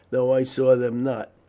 though i saw them not.